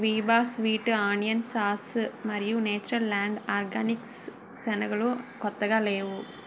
Veeba sweet onion sauce మరియు Nature Land Organics శనగలు కొత్తగా లేవు